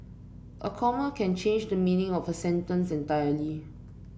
a comma can change the meaning of a sentence entirely